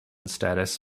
status